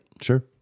Sure